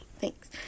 Thanks